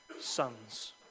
sons